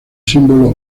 símbolo